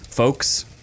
folks